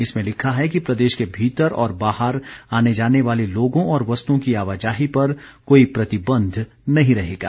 इसमें लिखा है कि प्रदेश के भीतर और बाहर आने जाने वाले लोगों और वस्तुओं की आवाजाही पर कोई प्रतिबंध नहीं रहेगा